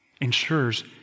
Ensures